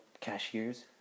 cashiers